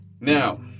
Now